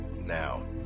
Now